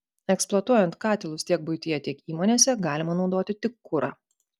eksploatuojant katilus tiek buityje tiek įmonėse galima naudoti tik kurą